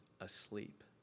asleep